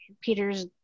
Peter's